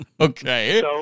Okay